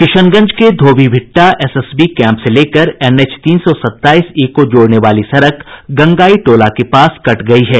किशनगंज के Dhobi Bhitta SSB camp से लेकर एनएच तीन सौ सत्ताईस ई को जोड़ने वाली सड़क गंगाई टोला के पास कट गयी है